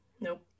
Nope